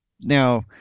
Now